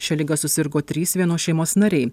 šia liga susirgo trys vienos šeimos nariai